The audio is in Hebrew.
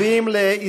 ציפי לבני,